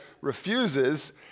refuses